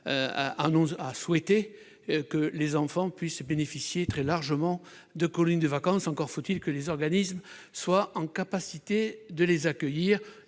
a souhaité que les enfants puissent partir très largement en colonies de vacances ; encore faut-il que les organismes soient en mesure de les accueillir.